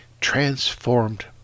transformed